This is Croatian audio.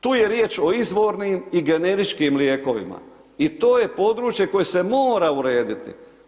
Tu je riječ o izvornim i generičkim lijekovima i to je područje koje se mora urediti.